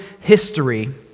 history